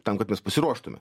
tam kad mes pasiruoštume